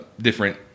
different